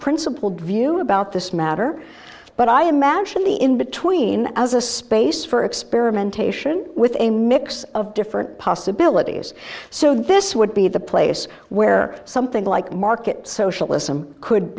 principled view about this matter but i imagine the in between as a space for experimentation with a mix of different possibilities so this would be the place where something like market socialism could